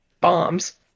bombs